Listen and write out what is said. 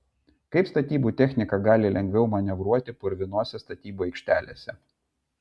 kaip statybų technika gali lengviau manevruoti purvinose statybų aikštelėse